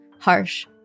harsh